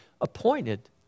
appointed